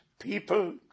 people